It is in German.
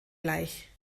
gleich